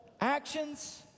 actions